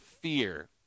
fear